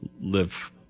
live